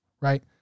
Right